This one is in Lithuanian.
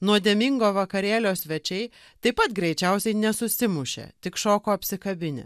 nuodėmingo vakarėlio svečiai taip pat greičiausiai nesusimušė tik šoko apsikabinę